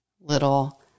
little